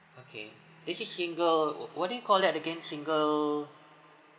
okay this is single wh~ what do you call that again single